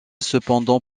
cependant